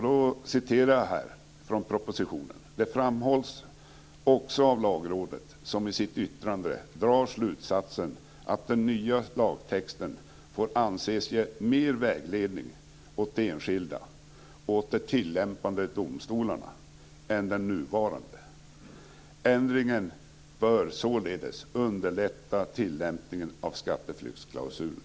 Då läser jag ur propositionen: Det framhålls också av Lagrådet som i sitt yttrande drar slutsatsen att den nya lagtexten får "anses ge mer vägledning åt de enskilda och åt de tillämpande domstolarna än den nuvarande. Ändringen bör således underlätta tillämpningen av skatteflyktsklausulen."